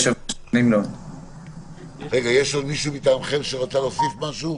יש עוד מישהו מטעמכם שרצה להוסיף משהו?